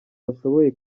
bashoboye